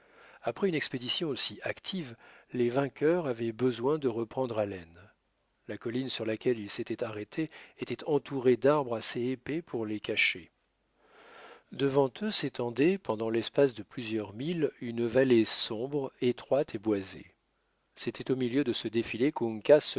après une expédition aussi active les vainqueurs avaient besoin de reprendre haleine la colline sur laquelle ils s'étaient arrêtés était entourée d'arbres assez épais pour les cacher devant eux s'étendait pendant l'espace de plusieurs milles une vallée sombre étroite et boisée c'était au milieu de ce défilé